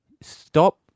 stop